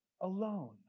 alone